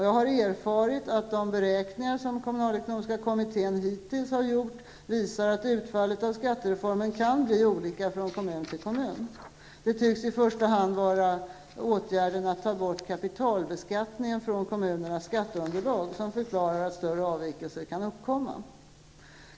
Jag har erfarit att de beräkningar som kommunalekonomiska kommittén hittills har gjort visar att utfallet av skattereformen kan bli olika från kommun till kommun. Det tycks i första hand vara åtgärden att ta bort kapitalbeskattningen från kommunernas skatteunderlag som förklarar att större avvikelser kan uppkomma.